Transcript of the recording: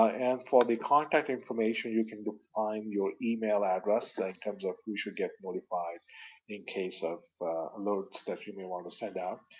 ah and for the contact information, you can define your email address in like terms of who should get notified in case of alerts that you may want to send out.